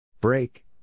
Break